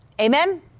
Amen